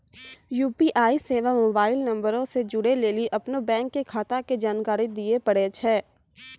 UPI सेबा mobile नंबरो से जोड़ै लेली अपनो बैंक खाता के जानकारी दिये पड़ै छै